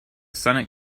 senate